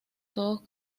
todos